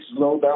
slowdown